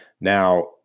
Now